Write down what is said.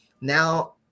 Now